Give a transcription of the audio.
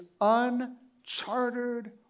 unchartered